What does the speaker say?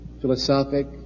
philosophic